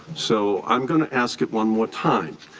so i'm going to ask it one more time.